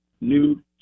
new